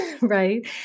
right